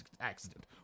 accident